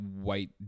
white